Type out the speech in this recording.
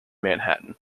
manhattan